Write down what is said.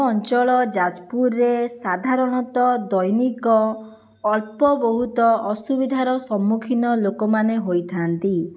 ଅଞ୍ଚଳ ଯାଜପୁରରେ ସାଧାରଣତ ଦୈନିକ ଅଳ୍ପବହୁତ ଅସୁବିଧାର ସମ୍ମୁଖୀନ ଲୋକମାନେ ହୋଇଥାନ୍ତି